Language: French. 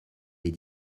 des